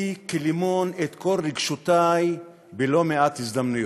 כלימון את כל רגשותי בלא מעט הזדמנויות,